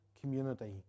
community